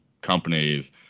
companies